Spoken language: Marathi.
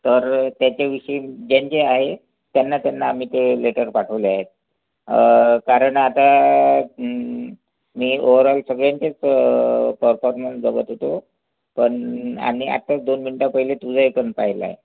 तर त्याच्याविषयी ज्यांचे आहे त्यांना त्यांना आम्ही ते लेटर पाठवले आहेत कारण आता मी ओवरऑल सगळ्यांचेच परफॉर्मन्स बघत होतो पण आणि आताच दोन मिनटा पहिले तुझा एटम पाहिला आहे